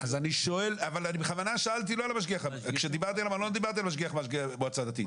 --- אני לא דיברתי על משגיח מהמועצה הדתית.